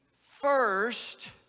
first